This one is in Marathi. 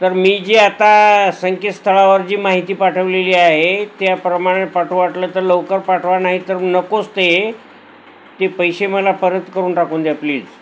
तर मी जी आता संक्येतस्थळावर जी माहिती पाठवलेली आहे त्याप्रमाणे पाठवा वाटलं तर लवकर पाठवा नाही तर नकोच ते ते पैसे मला परत करून टाकून द्या प्लीज